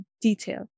detail